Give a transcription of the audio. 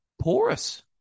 porous